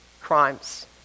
crimes